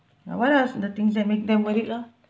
uh what are the thing that make them worth it lah